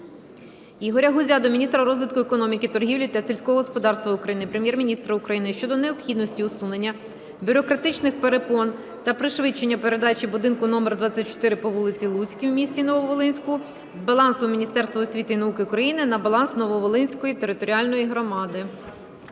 Ігоря Гузя до міністра розвитку економіки, торгівлі та сільського господарства України, Прем'єр-міністра України щодо необхідності усунення бюрократичних перепон та пришвидшення передачі будинку № 24 по вулиці Луцькій у місті Нововолинську з балансу Міністерства освіти і науки України на баланс Нововолинської територіальної громади.